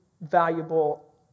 valuable